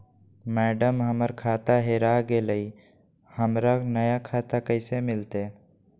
madam, हमर खाता हेरा गेलई, हमरा नया खाता कैसे मिलते